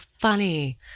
funny